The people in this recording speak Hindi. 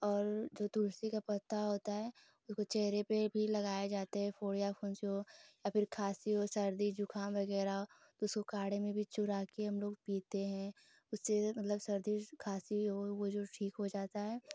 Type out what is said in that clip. और जो तुलसी की पत्तियाँ होती हैं उसको चेहरे पर भी लगाया जाता है फ़ोड़ा फ़ुन्सी हो या फिर खाँसी हो सर्दी जुक़ाम वग़ैरह उसे काढ़े में भी चूरकर हमलोग पीते हैं उससे मतलब सर्दी खाँसी वह जो ठीक हो जाती है